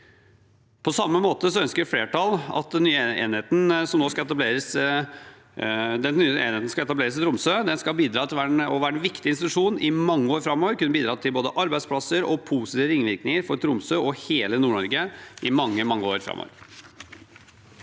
På samme måte ønsker flertallet at den nye enheten som nå skal etableres i Tromsø, skal være en viktig institusjon og bidra til både arbeidsplasser og positive ringvirkninger for Tromsø og hele Nord-Norge i mange, mange år framover.